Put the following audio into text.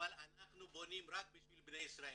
אבל אנחנו בונים רק בשביל בני ישראל,